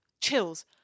chills